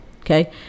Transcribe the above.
Okay